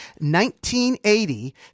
1980